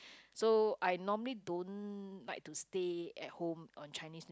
so I normally don't like to stay at home on Chinese New